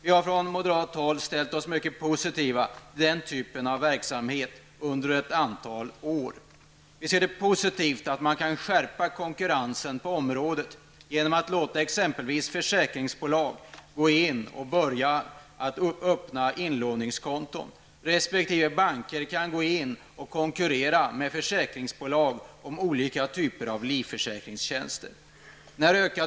Vi har på moderat håll under ett antal år ställt oss mycket positiva till den typen av verksamhet. Vi ser det som positivt att man kan skärpa konkurrensen på området genom att låta exempelvis försäkringsbolag börja öppna inlåningskonton resp. att banker kan konkurrera med försäkringsbolag om olika typer av livförsäkringstjänster.